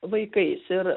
vaikais ir